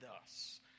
thus